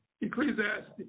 Ecclesiastes